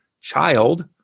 child